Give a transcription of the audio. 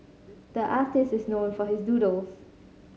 the artist is known for his doodles